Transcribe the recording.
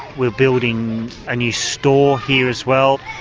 we're building a new store here as well.